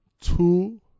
two